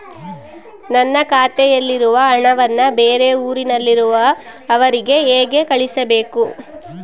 ನನ್ನ ಖಾತೆಯಲ್ಲಿರುವ ಹಣವನ್ನು ಬೇರೆ ಊರಿನಲ್ಲಿರುವ ಅವರಿಗೆ ಹೇಗೆ ಕಳಿಸಬೇಕು?